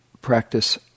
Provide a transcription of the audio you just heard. practice